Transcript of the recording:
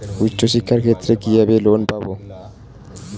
উচ্চশিক্ষার ক্ষেত্রে কিভাবে লোন পাব?